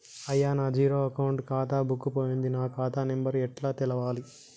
అయ్యా నా zero account ఖాతా బుక్కు పోయింది నా ఖాతా నెంబరు ఎట్ల తెలవాలే?